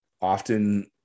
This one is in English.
often